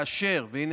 והינה